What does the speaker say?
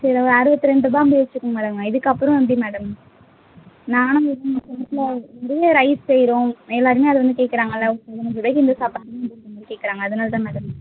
சரி ஒரு அறுபத்தி ரெண்டு ரூபா வந்து வச்சுக்கோங்க மேடம் இதுக்கப்புறோம் எப்படி மேடம் நானும் எங்கள் வீட்டில் வீட்டில் வீட்டில் வந்து ரைஸ் செய்யுறோம் எல்லோருமே அது வந்து கேட்குறாங்கள்ல அறுபவத்தஞ்சி ரூவாக்கி இந்த சாப்பாடா அப்படின்ற மாதிரி கேட்குறாங்க அதனால் தான் மேடம்